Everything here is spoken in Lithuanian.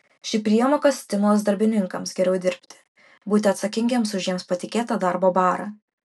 ši priemoka stimulas darbininkams geriau dirbti būti atsakingiems už jiems patikėtą darbo barą